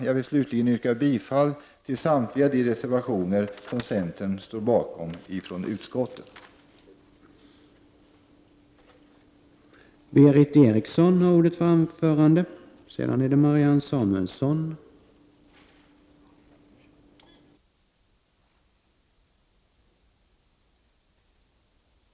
Jag vill slutligen yrka bifall till samtliga de reservationer som centern står bakom i utskottsbetänkandet.